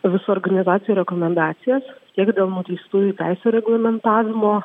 visų organizacijų rekomendacijas tiek dėl nuteistųjų teisių reglamentavimo